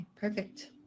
perfect